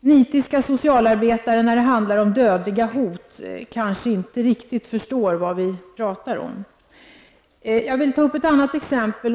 nitiska socialarbetare när det handlar om dödliga hot kanske inte riktigt förstår vad vi talar om. Jag vill ta upp ett annat exempel.